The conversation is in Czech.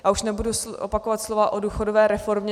A už nebudu opakovat slova o důchodové reformě.